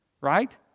right